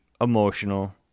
emotional